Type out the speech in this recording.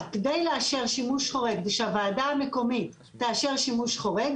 כדי לאשר שימוש חורג ושהוועדה המקומית תאשר שימוש חורג